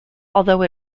although